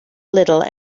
little